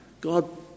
God